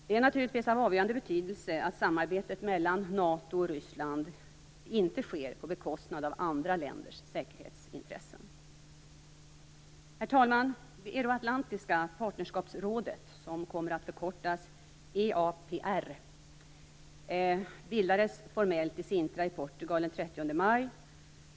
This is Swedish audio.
Det är naturligtvis av avgörande betydelse att samarbetet mellan NATO och Ryssland inte sker på bekostnad av andra länders säkerhetsintressen. Herr talman! Det euroatlantiska partnerskapsrådet - som kommer att förkortas EAPR - bildades formellt i Sintra i Portugal den 30 maj.